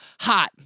hot